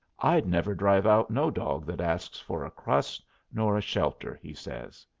i'd never drive out no dog that asks for a crust nor a shelter, he says.